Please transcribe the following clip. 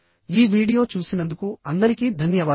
ఈ వీడియో చూసినందుకు అందరికీ ధన్యవాదాలు